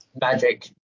magic